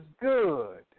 good